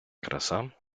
краса